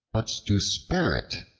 but to spare it,